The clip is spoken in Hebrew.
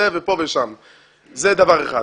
זה דבר אחד.